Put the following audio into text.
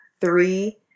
Three